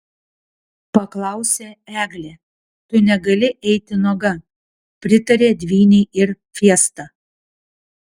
paklausė eglė tu negali eiti nuoga pritarė dvynei ir fiesta